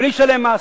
בלי לשלם מס.